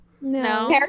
No